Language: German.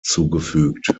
zugefügt